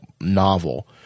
novel